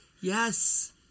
yes